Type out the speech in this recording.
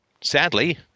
sadly